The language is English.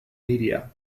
media